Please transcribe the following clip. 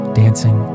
dancing